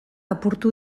apurtu